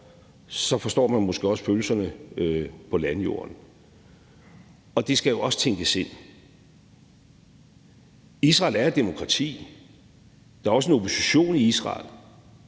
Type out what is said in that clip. så forstår man måske også følelserne på landjorden der, og det skal jo også tænkes ind. Kl. 19:41 Israel er et demokrati. Der er også en opposition i Israel.